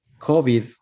COVID